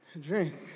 drink